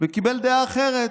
קיבל דעה אחרת.